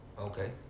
Okay